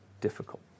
difficult